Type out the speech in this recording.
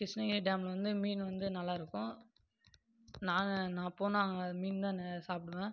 கிருஷ்ணகிரி டேமில் வந்து மீன் வந்து நல்லாயிருக்கும் நாங்கள் நான் போனால் அங்கே மீன்தான் ந சாப்பிடுவேன்